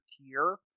tier